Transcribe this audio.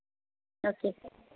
okay sir